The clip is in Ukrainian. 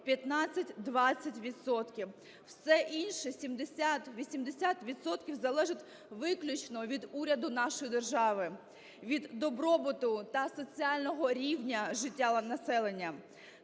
70-80 відсотків – залежить виключно від уряду нашої держави, від добробуту та соціального рівня життя населення.